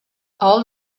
all